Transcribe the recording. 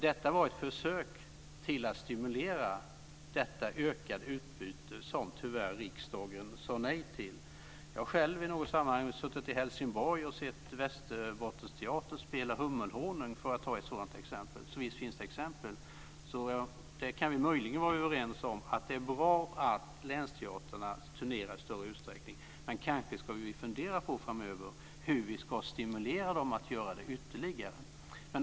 Detta var ett försök att stimulera till detta ökade utbyte som riksdagen tyvärr sade nej till. Jag har själv i något sammanhang suttit i Helsingborg och sett Västerbottensteatern spela Hummelhonung, för att ta ett sådant exempel. Visst finns det exempel. Vi kan möjligen vara överens om att det är bra att länsteatrarna turnerar i större utsträckning, men vi kanske ska fundera framöver hur vi ska stimulera dem att göra det ytterligare.